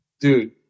dude